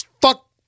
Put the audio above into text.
Fuck